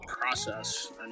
process